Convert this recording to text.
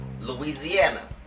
Louisiana